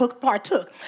partook